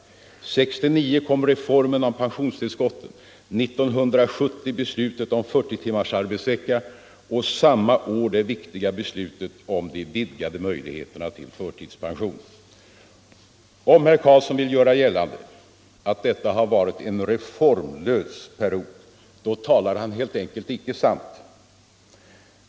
1969 kom reformen om pensionstillskotten, 1970 beslutet om 40 timmars arbetsvecka och samma år det viktiga beslutet om de vidgade möjligheterna till förtidspension. Om herr Carlsson vill göra gällande att detta har varit en reformlös period talar han helt enkelt inte sant.